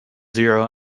zero